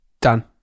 Done